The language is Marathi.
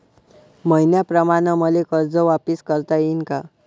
मईन्याप्रमाणं मले कर्ज वापिस करता येईन का?